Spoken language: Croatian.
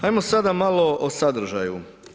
Ajmo sada malo o sadržaju.